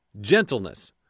gentleness